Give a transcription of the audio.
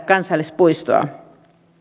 kansallispuistoa